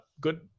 good